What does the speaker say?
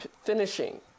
finishing